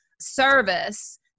service